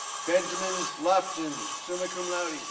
benjamin luftin, summa cum laude.